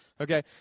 Okay